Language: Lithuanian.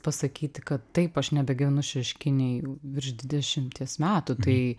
pasakyti kad taip aš nebegyvenu šeškinėj jau virš dvidešimties metų tai